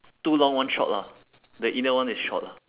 two long one short lah the inner one is short lah